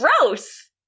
gross